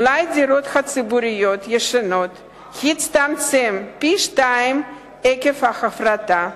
מלאי הדירות הציבוריות הישנות הצטמצם לחצי עקב ההפרטה,